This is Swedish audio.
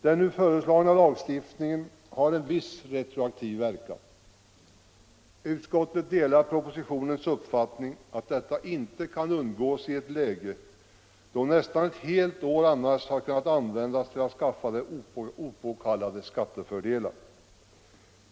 Den nu föreslagna lagstiftningen har fått en viss retroaktiv verkan. Utskottet delar propositionens ståndpunkt att detta inte kan undgås i ett läge, då nästan ett helt år annars har kunnat användas till att skaffa opåkallade skattefördelar.